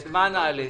מה נעלה?